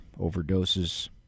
overdoses